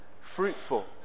fruitful